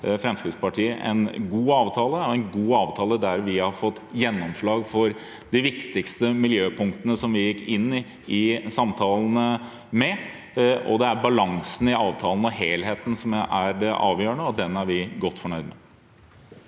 Fremskrittspartiet en god avtale – en god avtale der vi har fått gjennomslag for de viktigste miljøpunktene som vi gikk inn i samtalene med. Det er balansen i avtalen og helheten som er det avgjørende, og den er vi godt fornøyd med.